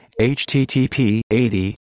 HTTP-80